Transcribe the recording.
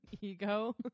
ego